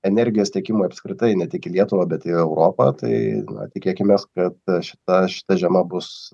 energijos tiekimui apskritai ne tik į lietuvą bet į europą tai na tikėkimės kad šita šita žiema bus